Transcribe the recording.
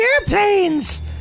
airplanes